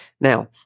now